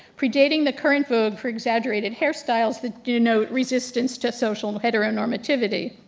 predating the current vogue for exaggerated hairstyles that do no resistance to social heteronormativity.